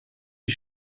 die